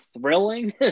thrilling